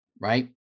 right